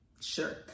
Sure